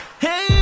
Hey